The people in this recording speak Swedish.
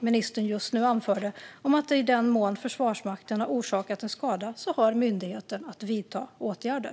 ministern nu anför om att i den mån Försvarsmakten har orsakat en skada har myndigheten att vidta åtgärder?